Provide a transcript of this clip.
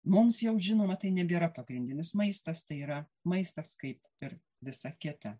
mums jau žinoma tai nebėra pagrindinis maistas tai yra maistas kaip ir visa kita